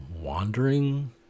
wandering